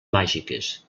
màgiques